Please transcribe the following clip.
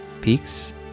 peaks